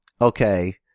Okay